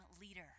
leader